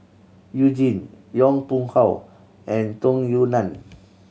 You Jin Yong Pung How and Tung Yue Nang